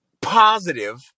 positive